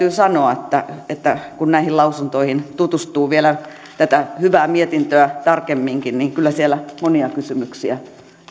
sanoa että kun näihin lausuntoihin tutustuu vielä tätä hyvää mietintöä tarkemminkin niin kyllä siellä monia kysymyksiä